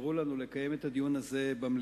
אפשרו לנו לקיים את הדיון הזה במליאה,